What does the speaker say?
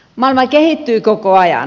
maailma kehittyy koko ajan